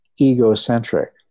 egocentric